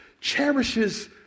cherishes